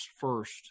first